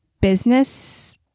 business